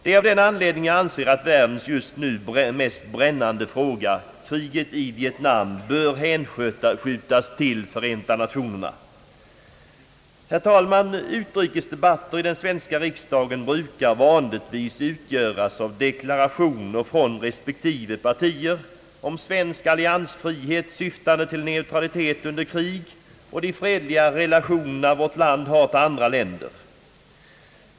Det är av den anledningen som jag anser att världens just nu mest brännande fråga, kriget i Vietnam, bör hänskjutas till Förenta Nationerna. Herr talman! Utrikesdebatten i den svenska riksdagen brukar vanligtvis utgöras av deklarationer från respektive partier om svensk alliansfrihet, syftande till neutralitet under krig och bevarandet av de fredliga relationer som vårt land har till andra länder.